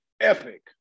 epic